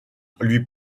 lui